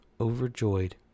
overjoyed